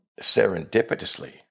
serendipitously